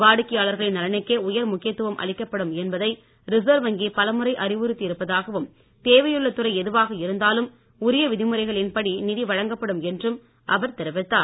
வாடிக்கையாளர்களின் நலனுக்கே உயர் முக்கியத் துவம் அளிக்கப்படும் என்பதை ரிசர்வ் வங்கி பலமுறை அறிவுறுத்தி இருப்பதாகவும் தேவையுள்ள துறை எதுவாக இருந்தாலும் உரிய விதிமுறைகளின் படி நிதி வழங்கப்படும் என்றும் அவர் தெரிவித்தார்